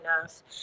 enough